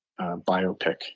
biopic